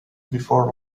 before